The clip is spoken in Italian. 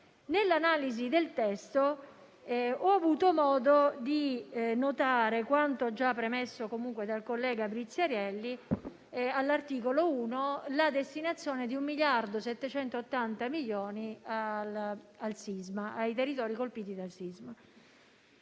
Nell'analisi del testo ho avuto modo di notare quanto già premesso dal collega Briziarelli, ossia all'articolo 1 la destinazione di 1,78 miliardi ai territori colpiti dal sisma.